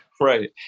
right